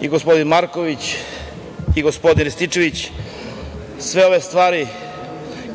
i gospodin Marković i gospodin Rističević, sve ove stvari